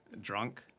drunk